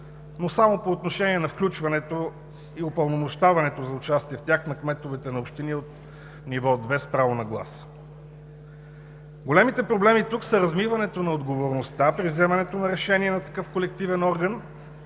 но само по отношение на включването и упълномощаването за участие в тях на кметовете на общини от Ниво 2 с право на глас. Големите проблеми тук са размиването на отговорността при вземането на решение на такъв колективен орган